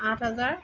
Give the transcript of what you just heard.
আঠ হাজাৰ